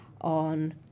on